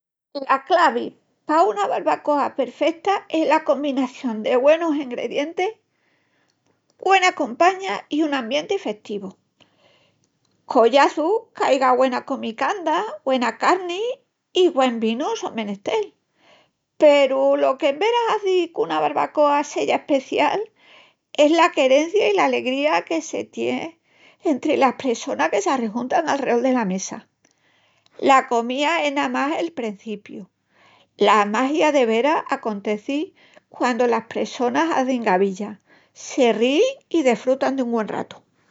La clavi pa una barbacoa perfeta es la combinación de güenus engredientis, güena compaña i un ambienti festivu. Collaçus, qu'aiga güena comicanda, güena carni i güen vinu son mestel. Peru lo qu'en vera hazi qu'una barbacoa seya especial es la querencia i la alegría que se tié entri las pressonas que s'arrejuntan alreol dela mesa. La comía es namas el prencipiu. La magia de vera aconteci quandu las pressonas hazin gavilla, se ríin i desfrutan dun güen ratu.